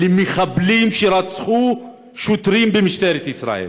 אלה מחבלים שרצחו שוטרים במשטרת ישראל.